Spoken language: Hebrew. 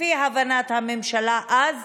לפי הבנת הממשלה אז,